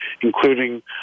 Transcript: including